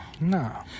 No